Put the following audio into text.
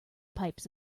pipes